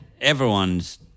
everyone's